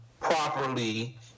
properly